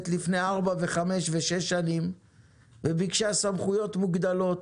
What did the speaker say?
לפני ארבע וחמש ושש שנים וביקשה סמכויות מוגדלות,